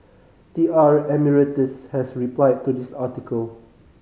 T R Emeritus has replied to this article